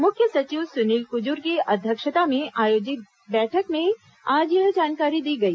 मुख्य सचिव सुनील कुजूर की अध्यक्षता में आयोजित बैठक में आज यह जानकारी दी गई